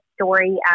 story